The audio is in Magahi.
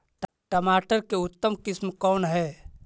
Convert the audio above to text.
टमाटर के उतम किस्म कौन है?